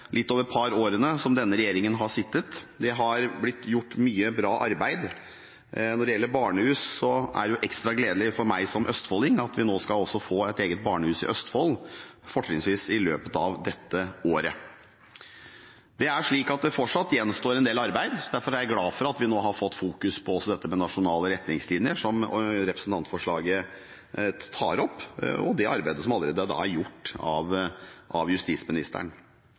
litt over to årene som denne regjeringen har sittet. Det har blitt gjort mye bra arbeid. Når det gjelder barnehus, er det ekstra gledelig for meg som østfolding at vi nå skal få et eget barnehus i Østfold, fortrinnsvis i løpet av dette året. Det gjenstår fortsatt en del arbeid. Derfor er jeg glad for at vi nå også fokuserer på dette med nasjonale retningslinjer, som representantforslaget tar opp, og på det arbeidet som allerede er gjort av justisministeren.